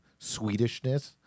Swedishness